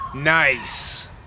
Nice